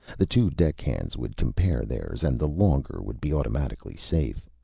the two deck hands would compare theirs, and the longer would be automatically safe.